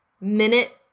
minute